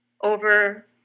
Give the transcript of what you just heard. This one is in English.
over